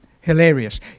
hilarious